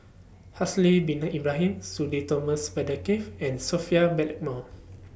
Haslir Bin Ibrahim Sudhir Thomas Vadaketh and Sophia Blackmore